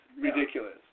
ridiculous